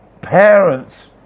parents